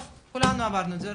טוב, כולנו עברנו את זה.